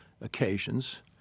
occasions